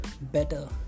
better